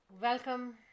Welcome